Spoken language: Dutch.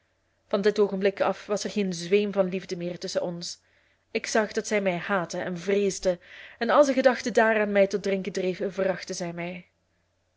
van dit oogenblik af was er geen zweem van liefde meer tusschen ons ik zag dat zij mij haatte en vreesde en als de gedachte daaraan mij tot drinken dreef verachtte zij mij